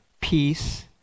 peace